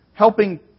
helping